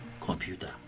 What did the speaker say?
computer